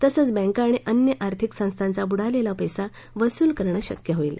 तसंच बँका आणि अन्य आर्थिक संस्थांचा बुडालेला पस्ती वसूल करणं शक्य होईल